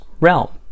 realm